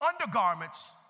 Undergarments